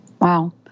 Wow